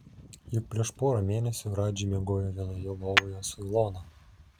juk prieš porą mėnesių radži miegojo vienoje lovoje su ilona